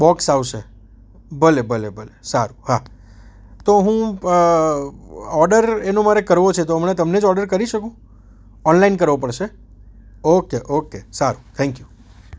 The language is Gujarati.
બોક્સ આવશે ભલે ભલે ભલે સારું હા તો હું ઓડર એનો મારે કરવો છે તો તમને જ ઓડર કરી શકું ઓનલાઇન કરવો પડશે ઓકે ઓકે સારું થેન્ક્યુ